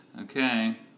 Okay